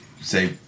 say